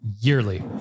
yearly